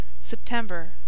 September